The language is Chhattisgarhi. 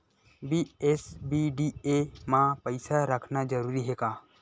बी.एस.बी.डी.ए मा पईसा रखना जरूरी हे का?